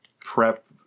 prep